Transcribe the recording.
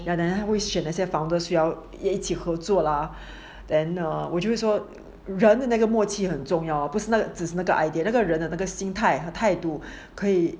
and then 他会选那些 founder 需要一起合作啊 then err 我就会说人那个默契很重要哦只是那个人的那个心态和态度可以